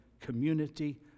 community